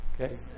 okay